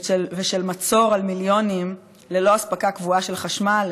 ושל מצור על מיליונים ללא אספקה קבועה של חשמל,